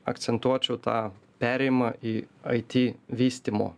akcentuočiau tą perėjimą į aiti vystymo